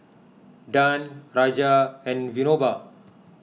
Dhyan Raja and Vinoba